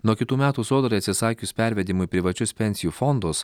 nuo kitų metų sodrai atsisakius pervedimo į privačius pensijų fondus